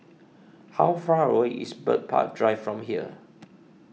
how far away is Bird Park Drive from here